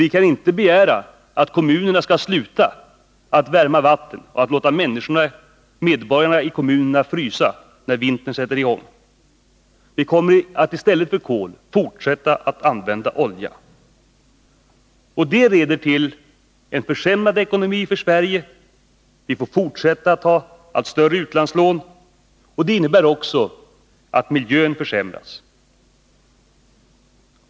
Vi kan inte begära att kommunerna skall sluta att värma vatten och låta medborgarna i kommunerna frysa när vintern sätter in. Vi kommer att i stället för kol fortsätta med olja. Det leder till en försämrad ekonomi för Sverige. Vi får fortsätta att ta allt större utlandslån, och det innebär också att miljön försämras.